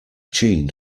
jeanne